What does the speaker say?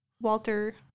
Walter